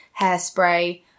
Hairspray